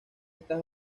estas